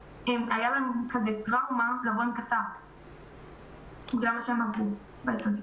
הייתה להן טראומה לבוא עם מכנסיים קצרים בגלל מה שהן עברו ביסודי.